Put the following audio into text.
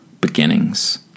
beginnings